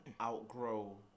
outgrow